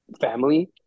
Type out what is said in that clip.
family